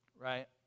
Right